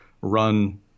run